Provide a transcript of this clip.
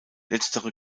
letztere